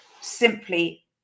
simply